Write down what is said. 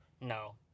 No